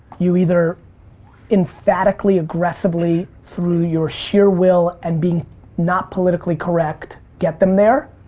you either emphatically, aggressively, through your sheer will, and being not politically correct get them there,